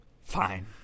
Fine